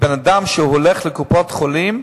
אדם שהולך לקופת-חולים,